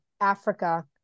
Africa